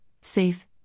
safe